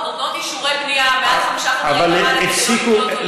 נותנות אישורי בנייה לדירות מעל חמישה חדרים כדי שלא לקלוט עולים.